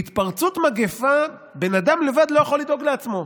בהתפרצות מגפה, בן אדם לבד לא יכול לדאוג לעצמו.